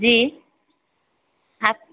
जी हाँ